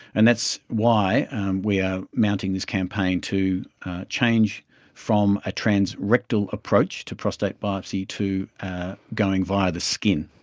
and that's why we are mounting this campaign to change from a transrectal approach to prostate biopsy to going via the skin.